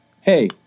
hey